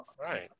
Right